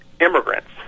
immigrants